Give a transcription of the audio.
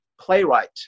playwright